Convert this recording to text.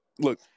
Look